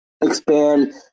expand